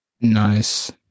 Nice